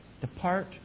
Depart